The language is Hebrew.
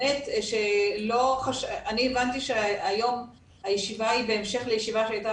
אני הבנתי שהיום הישיבה היא בהמשך לישיבה שהייתה